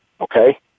Okay